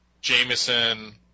Jameson